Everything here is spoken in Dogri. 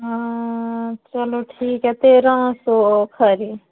हां चलो ठीक ऐ फिर हां खरी